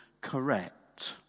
correct